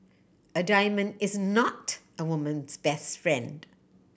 a diamond is not a woman's best friend